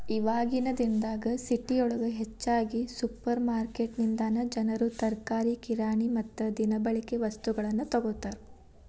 ಇವಾಗಿನ ದಿನದಾಗ ಸಿಟಿಯೊಳಗ ಹೆಚ್ಚಾಗಿ ಸುಪರ್ರ್ಮಾರ್ಕೆಟಿನಿಂದನಾ ಜನರು ತರಕಾರಿ, ಕಿರಾಣಿ ಮತ್ತ ದಿನಬಳಿಕೆ ವಸ್ತುಗಳನ್ನ ತೊಗೋತಾರ